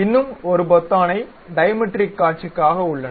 இன்னும் ஒரு பொத்தான் டைமெட்ரிக் காட்சிகளுக்காக உள்ளன